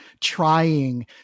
trying